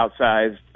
outsized